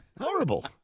Horrible